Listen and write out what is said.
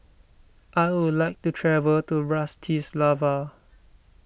I would like to travel to Bratislava